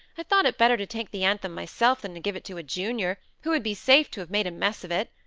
i thought it better to take the anthem myself than to give it to a junior, who would be safe to have made a mess of it.